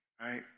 right